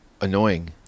annoying